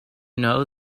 know